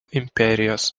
imperijos